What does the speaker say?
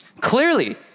clearly